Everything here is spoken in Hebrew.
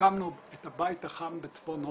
הקמנו את הבית החם בצפון הודו.